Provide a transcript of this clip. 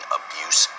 abuse